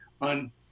on